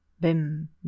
Bim